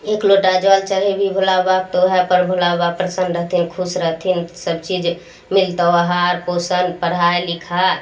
एक लोटा जल चढ़ेबही भोले बाबाके तऽ ओहेपर भोले बाबा प्रसन्न रहथुन खुश रहथिन सभचीज मिलतौ आहार पोसन पढ़ाइ लिखाइ